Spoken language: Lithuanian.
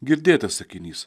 girdėtas sakinys